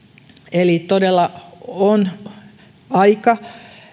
eli todella on aika